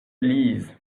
lisent